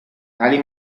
tali